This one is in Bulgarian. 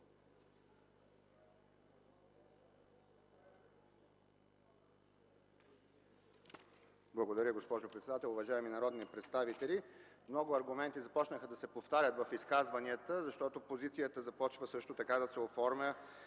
Благодаря, госпожо председател. Уважаеми народни представители, много аргументи започнаха да се повтарят в изказванията, защото в опозицията започна да се оформя